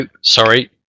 sorry